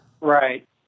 Right